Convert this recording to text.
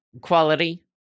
Quality